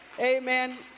Amen